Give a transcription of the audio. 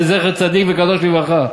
זכר צדיק וקדוש לברכה,